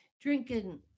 drinking